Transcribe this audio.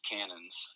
Cannons